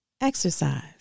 exercise